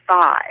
five